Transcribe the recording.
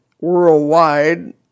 worldwide